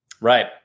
Right